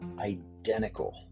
identical